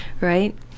right